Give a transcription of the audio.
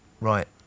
Right